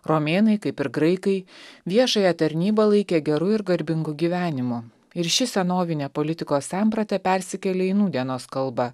romėnai kaip ir graikai viešąją tarnybą laikė geru ir garbingu gyvenimu ir ši senovinė politikos samprata persikėlė į nūdienos kalbą